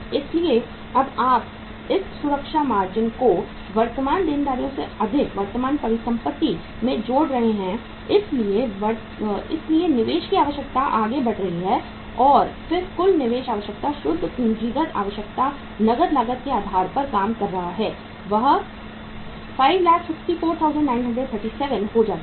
इसलिए जब आप इस सुरक्षा मार्जिन को वर्तमान देनदारियों से अधिक वर्तमान परिसंपत्ति में जोड़ रहे हैं इसलिए निवेश की आवश्यकता आगे बढ़ रही है और फिर कुल निवेश आवश्यकता शुद्ध पूंजीगत आवश्यकता नकद लागत के आधार पर काम कर रहा है वाह 564937 हो जाती है